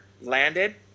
landed